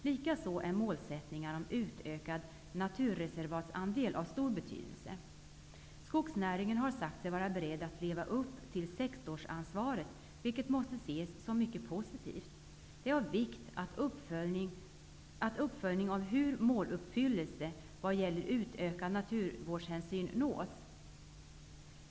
Likaså är målsättningar om utökad naturreservatsandel av stor betydelse. Skogsnäringen har sagt sig vara beredd att leva upp till sektorsansvaret, vilket måste ses som mycket positivt. Det är av vikt att uppföljning av hur måluppfyllelsen nås vad gäller utökad naturvårdshänsyn.